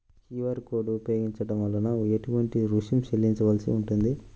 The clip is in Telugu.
క్యూ.అర్ కోడ్ ఉపయోగించటం వలన ఏటువంటి రుసుం చెల్లించవలసి ఉంటుంది?